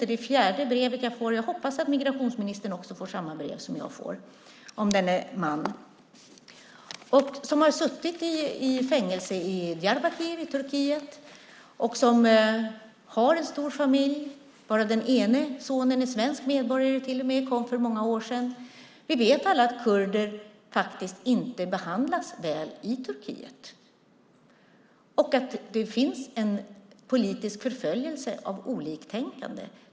Det är fjärde brevet jag får, och jag hoppas att migrationsministen får samma brev som jag får om denne man som har suttit i fängelse i Diyarbakir i Turkiet och som har en stor familj varav den ene sonen är svensk medborgare och kom för många år sedan. Vi vet alla att kurder faktiskt inte behandlas väl i Turkiet och att det finns en politisk förföljelse av oliktänkande.